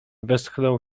westchnął